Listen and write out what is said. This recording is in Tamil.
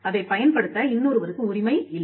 அதைப் பயன்படுத்த இன்னொருவருக்கு உரிமை இல்லை